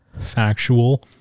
factual